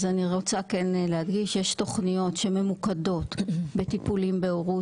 אז אני רוצה כן להדגיש שיש תוכניות שממוקדות בטיפולים בהורות.